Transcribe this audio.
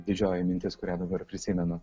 didžioji mintis kurią dabar prisimenu